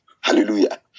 hallelujah